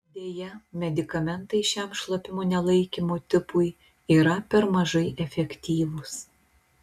deja medikamentai šiam šlapimo nelaikymo tipui yra per mažai efektyvūs